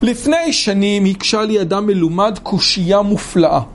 לפני שנים הקשה לי אדם מלומד קושייה מופלאה